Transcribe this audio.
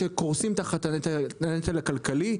שקורסים תחת הנטל הכלכלי.